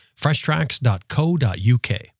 freshtracks.co.uk